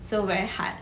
so very hard